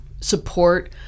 support